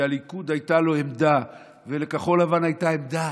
כשהליכוד הייתה לו עמדה ולכחול לבן הייתה עמדה,